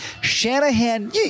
Shanahan